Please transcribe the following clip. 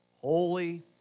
Holy